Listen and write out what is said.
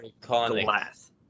glass